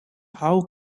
how